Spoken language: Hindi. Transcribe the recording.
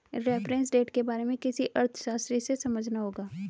रेफरेंस रेट के बारे में किसी अर्थशास्त्री से समझना होगा